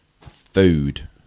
food